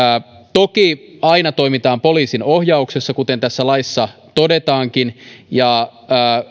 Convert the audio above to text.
toki aina toimitaan poliisin ohjauksessa kuten tässä laissa todetaankin ja